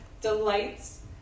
delights